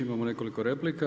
Imamo nekoliko replika.